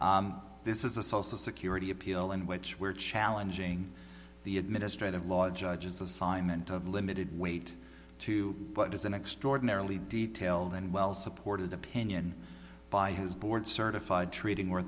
or this is a social security appeal in which we're challenging the administrative law judges assignment of limited weight to what is an extraordinarily detailed and well supported opinion by his board certified treating